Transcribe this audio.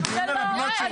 סליחה,